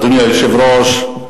אדוני היושב-ראש,